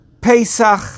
pesach